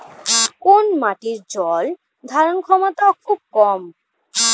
কোন মাটির জল ধারণ ক্ষমতা খুব কম?